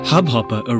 Hubhopper